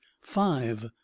five